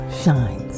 shines